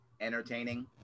entertaining